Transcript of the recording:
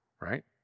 right